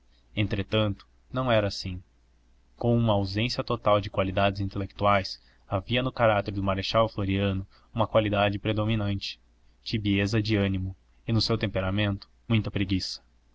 entretanto não era assim com uma ausência total de qualidades intelectuais havia no caráter do marechal floriano uma qualidade predominante tibieza de ânimo e no seu temperamento muita preguiça